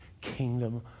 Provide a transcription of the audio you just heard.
Kingdom